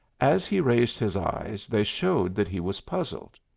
as he raised his eyes they showed that he was puzzled.